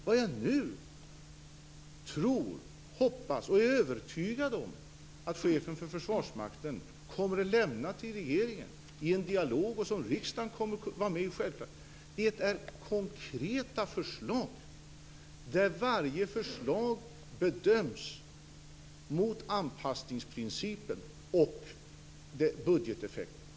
Vad jag nu tror, hoppas och är övertygad om är att chefen för Försvarsmakten kommer att lämna till regeringen i en dialog, som riksdagen självfallet kommer att vara med i, är konkreta förslag, där varje förslag bedöms mot anpassningsprincipen och budgeteffekten.